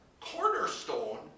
cornerstone